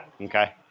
Okay